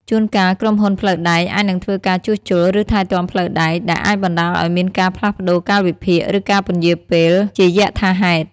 ជួនកាល ក្រុមហ៊ុនផ្លូវដែកអាចនឹងធ្វើការជួសជុល ឬថែទាំផ្លូវដែក ដែលអាចបណ្ដាលឱ្យមានការផ្លាស់ប្តូរកាលវិភាគ ឬការពន្យារពេលជាយថាហេតុ។